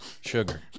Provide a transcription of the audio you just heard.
sugar